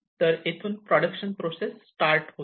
तर येथून production process start होते